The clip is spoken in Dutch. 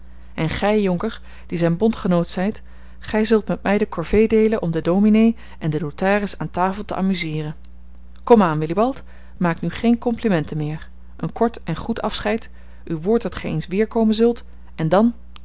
en gij jonker die zijn bondgenoot zijt gij zult met mij de corvée deelen om den dominé en den notaris aan tafel te amuseeren kom aan willibald maak nu geene complimenten meer een kort en goed afscheid uw woord dat gij eens weerkomen zult en dan